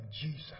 Jesus